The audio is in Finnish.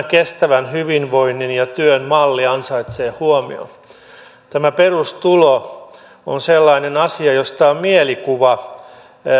kestävän hyvinvoinnin ja työn malli ansaitsee huomion tämä perustulo on sellainen asia josta on mielikuva